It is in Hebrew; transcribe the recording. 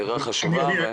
הערה חשובה.